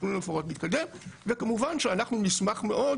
התכנון המפורט מתקדם וכמובן שאנחנו נשמח מאוד